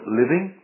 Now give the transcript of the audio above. living